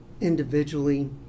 individually